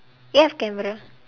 you have camera